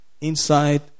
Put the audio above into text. inside